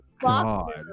God